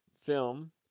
film